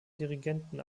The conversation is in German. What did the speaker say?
dirigenten